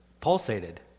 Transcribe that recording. pulsated